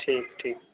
ठीक ठीक